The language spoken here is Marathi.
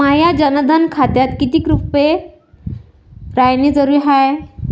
माह्या जनधन खात्यात कितीक रूपे रायने जरुरी हाय?